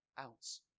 ounce